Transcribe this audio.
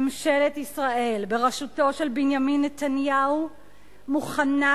ממשלת ישראל בראשותו של בנימין נתניהו מוכנה